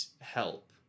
help